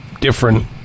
different